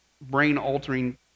brain-altering